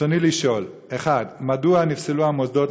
רצוני לשאול: 1. מדוע נפסלו המוסדות,